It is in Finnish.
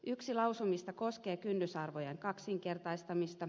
yksi lausumista koskee kynnysarvojen kaksinkertaistamista